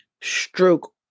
stroke